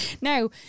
Now